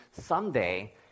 someday